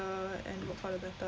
will collect better